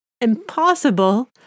impossible